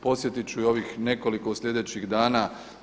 Posjetit ću i ovih nekoliko u sljedećih dana.